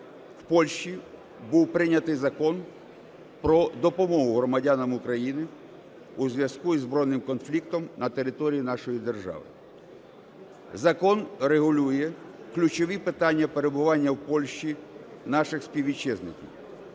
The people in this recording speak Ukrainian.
в Польщі був прийнятий закон про допомогу громадянам України у зв'язку із збройним конфліктом на території нашої держави. Закон регулює ключові питання перебування в Польщі наших співвітчизників,